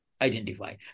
identify